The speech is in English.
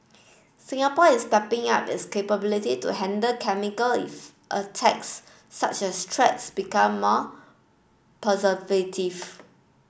Singapore is stepping up its capability to handle chemical if attacks such as threats become more